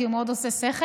כי הוא מאוד עושה שכל.